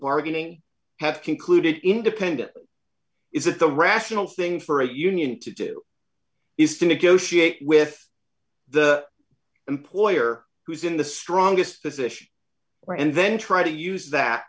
bargaining have concluded independent is that the rational thing for a union to do is to negotiate with the employer who's in the strongest position and then try to use that